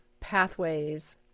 pathways